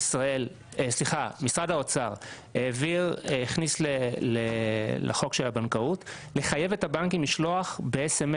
משרד האוצר הכניס לחוק הבנקאות לחייב את הבנקים לשלוח ב-SMS